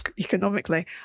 economically